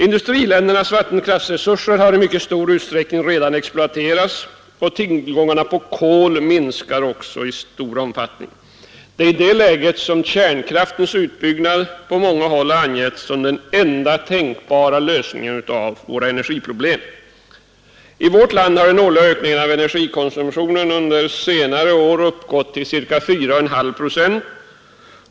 Industriländernas vattenkraftsresurser har i mycket stor utsträckning redan exploaterats, och tillgångarna på kol minskar också i stor omfattning. Det är i det läget som kärnkraftens utbyggnad på många håll har angivits som den enda tänkbara lösningen av våra energiproblem. I vårt land har den årliga ökningen av energikonsumtionen under senare år uppgått till ca 4,5 procent.